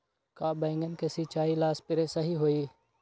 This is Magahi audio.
का बैगन के सिचाई ला सप्रे सही होई?